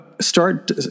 start